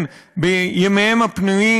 בימיהם הפנויים,